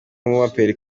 n’umuraperi